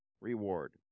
reward